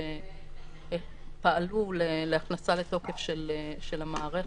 שפעלו להכנסה לתוקף של המערכת,